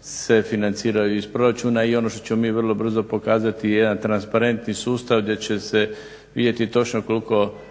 se financiraju iz proračuna. I ono što ćemo mi vrlo brzo pokazati je jedan transparentni sustav gdje će se vidjeti točno koliko